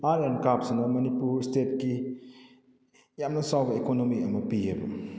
art and ꯀ꯭ꯔꯥꯐꯁꯅ ꯃꯅꯤꯄꯨꯔ ꯏꯁꯇꯦꯠꯀꯤ ꯌꯥꯝꯅ ꯆꯥꯎꯕ ꯏꯀꯣꯅꯣꯃꯤ ꯑꯃ ꯄꯤꯌꯦꯕ